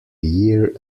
year